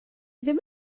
ddim